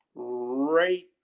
right